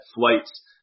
flights